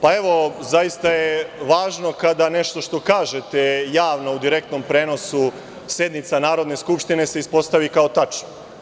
Pa, evo, zaista je važno kada nešto što kažete javno u direktnom prenosu sednica Narodne skupštine se ispostavi kao tačno.